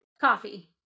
Coffee